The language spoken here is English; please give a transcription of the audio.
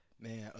Man